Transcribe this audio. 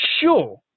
sure